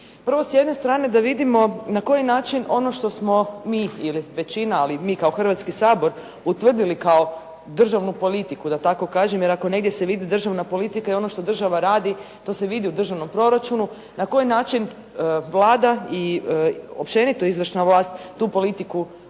Prvo s jedne strane da vidimo na koji način ono što smo mi ili većina ali mi kao Hrvatski sabor utvrdili kao državnu politiku da tako kažem jer ako negdje se vidi državna politika i ono što država radi to se vidi u državnom proračunu. Na koji način Vlada i općenito izvršna vlast tu politiku